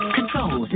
Control